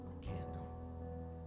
candle